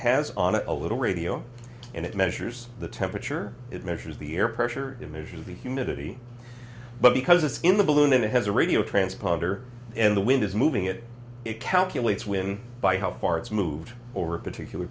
has on a little radio and it measures the temperature it measures the air pressure to measure the humidity but because it's in the balloon and it has a radio transponder and the wind is moving it it calculates when by how far it's moved over a particular